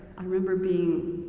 i remember being,